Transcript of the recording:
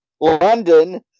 London